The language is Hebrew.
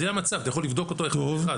זה המצב, אתה יכול לבדוק אותו אחד לאחד.